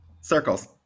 circles